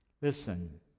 Listen